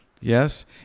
Yes